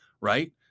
Right